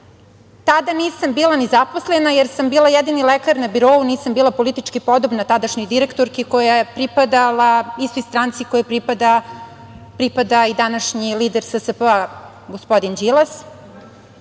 Tada nisam bila ni zaposlena jer sam bila jedini lekar na birou. Nisam bila politički podobna tadašnjoj direktorki koja je pripadala istoj stranci kojoj pripada i današnji lider SSP-a, gospodin Đilas,